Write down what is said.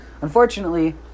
Unfortunately